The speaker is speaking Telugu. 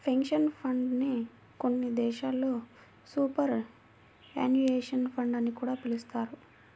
పెన్షన్ ఫండ్ నే కొన్ని దేశాల్లో సూపర్ యాన్యుయేషన్ ఫండ్ అని కూడా పిలుస్తారు